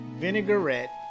Vinaigrette